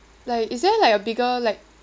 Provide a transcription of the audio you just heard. like is there like a bigger like